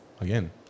Again